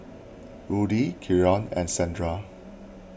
Rudy Keion and Shandra